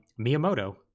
Miyamoto